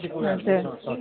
हजुर